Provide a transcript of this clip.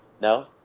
No